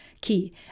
key